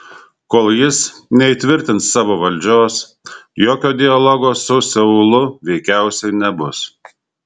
kol jis neįtvirtins savo valdžios jokio dialogo su seulu veikiausiai nebus